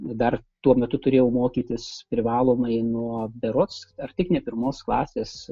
dar tuo metu turėjau mokytis privalomai nuo berods ar tik ne pirmos klasės